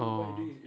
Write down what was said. orh